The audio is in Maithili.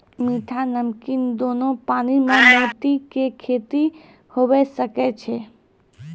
मीठा, नमकीन दोनो पानी में मोती के खेती हुवे सकै छै